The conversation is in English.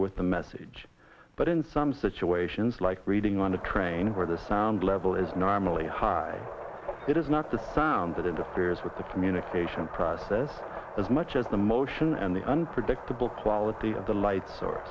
with the message but in some such to asians like reading on a train where the sound level is normally high it is not the sound that interferes with the communication process as much as the motion and the unpredictable quality of the lights or